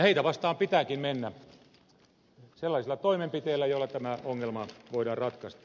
heitä vastaan pitääkin mennä sellaisilla toimenpiteillä joilla tämä ongelma voidaan ratkaista